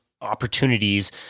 opportunities